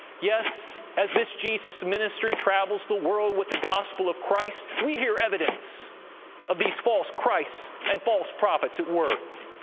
yes, as this jesus ministry travels the world with the gospel of christ we hear evidence of these false christs and false prophets at work.